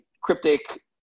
Cryptic